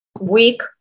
week